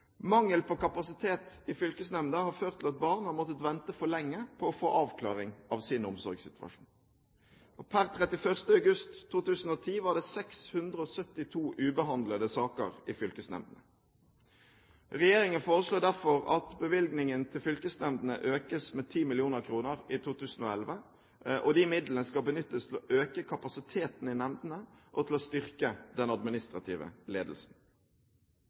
Mangel på kapasitet i fylkesnemndene har ført til at barn har måttet vente for lenge på å få avklaring av sin omsorgssituasjon. Per 31. august 2010 var det 672 ubehandlede saker i fylkesnemndene. Regjeringen foreslår derfor at bevilgningen til fylkesnemndene økes med 10 mill. kr i 2011, og de midlene skal benyttes til å øke kapasiteten i nemndene og til å styrke den administrative ledelsen.